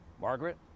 Margaret